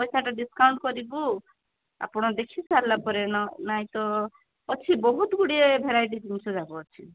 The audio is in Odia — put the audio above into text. ପଇସାଟା ଡ଼ିସକାଉଣ୍ଟ କରିବୁ ଆପଣ ଦେଖିସାରିଲା ପରେ ନାଇଁ ତ ଅଛି ବହୁତ ଗୁଡ଼ିଏ ଭେରାଇଟି ଜିନିଷ ଯାକ ଅଛି